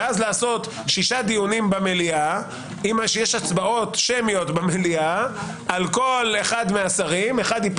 ולעשות 6 דיונים במליאה עם הצבעות שמיות במליאה על כל שר אחד ייפול,